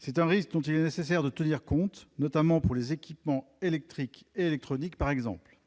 C'est un risque dont il est nécessaire de tenir compte, notamment pour les équipements électriques et électroniques, par exemple.